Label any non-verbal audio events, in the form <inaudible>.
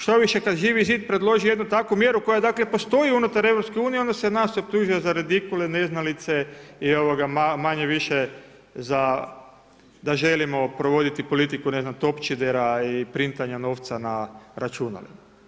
Štoviše kad Živi zid preloži jednu takvu mjeru koja dakle, postoji unutar EU, onda se nas optužuje za redikule, neznalice i manje-više za da želimo provoditi politiku ne znam … <unintelligible> i printanja novca na računalima.